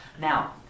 Now